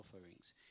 offerings